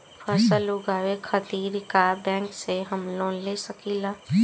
फसल उगावे खतिर का बैंक से हम लोन ले सकीला?